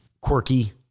quirky